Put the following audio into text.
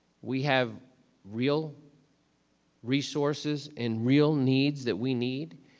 we have real resources and real needs that we need.